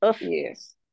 Yes